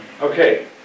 Okay